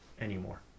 anymore